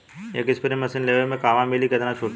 एक spray machine लेवे के बा कहवा मिली केतना छूट मिली?